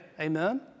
amen